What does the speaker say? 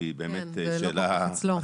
גדולה.